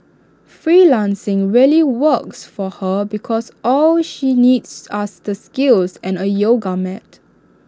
freelancing really works for her because all she needs us the skills and A yoga mat